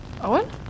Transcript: Owen